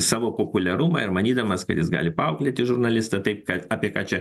savo populiarumą ir manydamas kad jis gali paauklėti žurnalistą tai apie ką čia